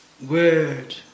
Word